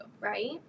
Right